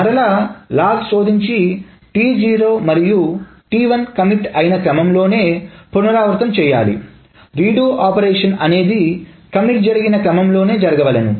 మరలా లాగ్ శోధించి T0 మరియు T1 కమిట్ అయినా క్రమంలోనే పునరావృతం చేయబడాలిరీడు ఆపరేషన్ అనేది కమిట్ జరిగిన ఈ క్రమంలోనే జరగవలెను